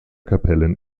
kapellen